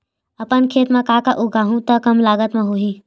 अपन खेत म का का उगांहु त कम लागत म हो जाही?